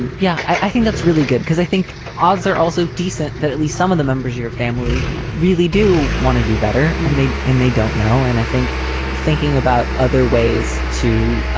and yeah, i think that's really good because i think odds are also decent that at least some of the members, your family yeah really do want to do better and they and they don't know and i think thinking about other ways to